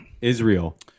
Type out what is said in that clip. Israel